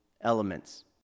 elements